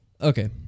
Okay